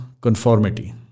conformity